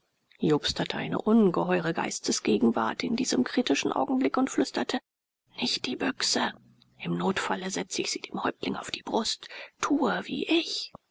jobst hatte eine ungeheure geistesgegenwart in diesem kritischen augenblick und flüsterte nicht die büchse im notfälle setze ich sie dem häuptling auf die brust tue wie ich